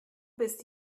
bist